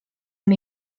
amb